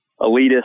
elitist